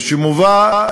שמובא,